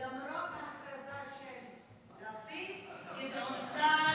למרות הכרזה של לפיד כשזה הוצג,